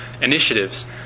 initiatives